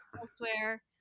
elsewhere